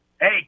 Hey